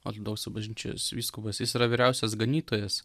ortodoksų bažnyčios vyskupas jis yra vyriausias ganytojas